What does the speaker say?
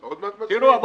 עוד מעט מצביעים.